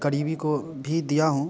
करीबी को भी दिया हूँ